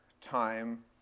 time